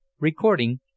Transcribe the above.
Recording